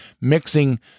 mixing